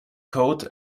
coat